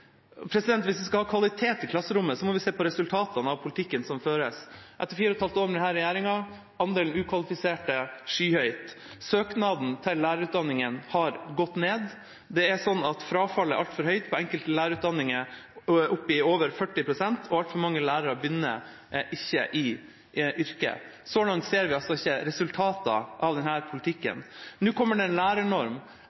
Hvis vi skal ha kvalitet i klasserommet, må vi se på resultatene av politikken som føres. Etter fire og et halvt år med denne regjeringa er andelen ukvalifiserte skyhøy. Søkningen til lærerutdanningene har gått ned. Frafallet er altfor høyt – over 40 pst. på enkelte lærerutdanninger. Og altfor mange utdannede lærere begynner ikke i yrket. Så langt ser vi altså ikke resultater av denne politikken. Nå kommer en lærernorm. Vi kan da frykte at dersom regjeringa ikke innfører den